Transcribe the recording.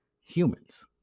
humans